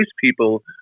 people